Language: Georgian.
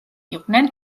იყვნენ